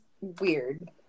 weird